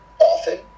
often